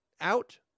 out